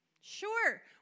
Sure